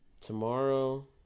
tomorrow